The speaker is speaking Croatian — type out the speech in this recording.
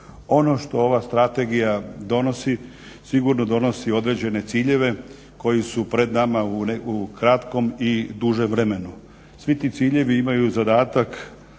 Ono što ova strategija donosi sigurno donosi određene ciljeve koji su pred nama u kratkom i dužem vremenu. Svi ti ciljevi imaju zadatak